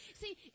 See